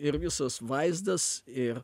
ir visas vaizdas ir